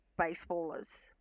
baseballers